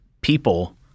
people